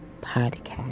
podcast